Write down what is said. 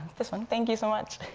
this one, thank you so much!